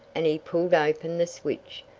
and he pulled open the switch,